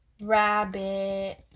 rabbit